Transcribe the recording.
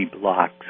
blocks